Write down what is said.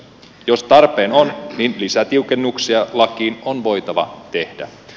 jos tarpeen on lisätiukennuksia lakiin on voitava tehdä